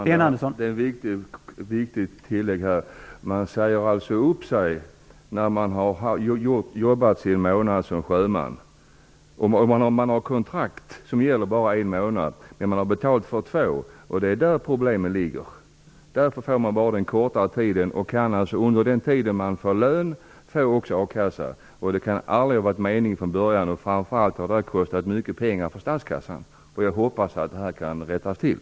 Herr talman! Ett viktigt tillägg: Man säger upp sig när man jobbat sin månad som sjöman. Man har kontrakt som gäller bara en månad, men man har betalt för två månader! Det är däri problemet ligger. Således blir det en kortare anställningstid, och under den tid man får lön kan man också få a-kassa. Det kan aldrig ha varit meningen från början, och framför allt har detta kostat mycket pengar för statskassan. Jag hoppas att det här kan rättas till.